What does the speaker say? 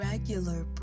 regular